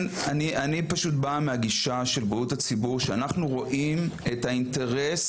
אני בא מהגישה של בריאות הציבור שאנחנו רואים את האינטרס